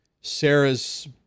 Sarah's